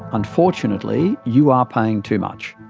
unfortunately you are paying too much.